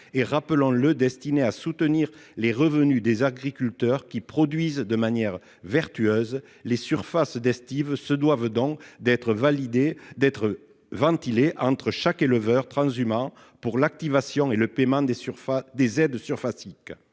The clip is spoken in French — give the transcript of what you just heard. de la PAC est destiné à soutenir les revenus des agriculteurs qui produisent de manière vertueuse. Les surfaces d'estive doivent donc être ventilées entre les différents transhumants pour l'activation et le paiement des surfaces